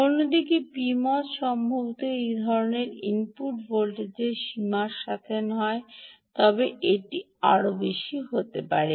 অন্যদিকে PMOS সম্ভবত এই ধরণের ইনপুট ভোল্টেজের সীমার সাথে নয় তবে এটি আরও বেশি হতে পারে